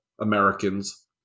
Americans